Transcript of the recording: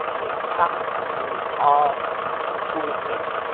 they cut through all the bullshit.